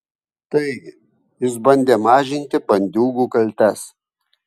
taigi jis bandė mažinti bandiūgų kaltes